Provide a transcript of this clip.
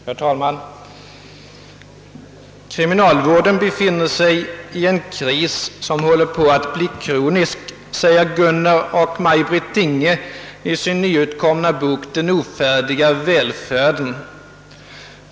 Herr talman! »Kriminalvården befinner sig i en kris som håller på att bli kronisk», säger Gunnar och Maj-Britt Inghe i sin nyutkomna bok »Den ofärdiga välfärden».